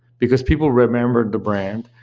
because people remembered the brand.